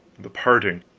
the parting